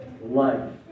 life